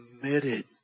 Committed